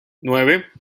nueve